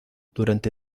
durante